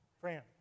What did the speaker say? Fran